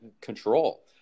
control